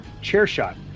CHAIRSHOT